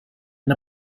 and